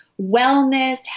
wellness